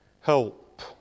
Help